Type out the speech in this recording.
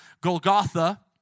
Golgotha